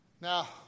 Now